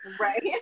Right